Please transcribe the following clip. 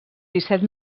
disset